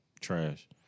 Trash